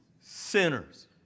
Sinners